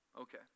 Okay